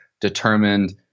determined